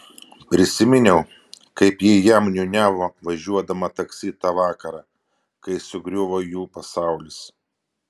prisiminiau kaip ji jam niūniavo važiuodama taksi tą vakarą kai sugriuvo jų pasaulis